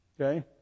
Okay